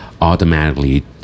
automatically